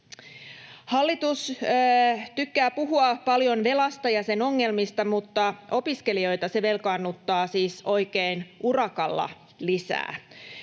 Hallitus tykkää puhua paljon velasta ja sen ongelmista, mutta opiskelijoita se velkaannuttaa siis oikein urakalla lisää.